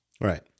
right